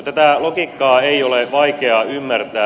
tätä logiikkaa ei ole vaikea ymmärtää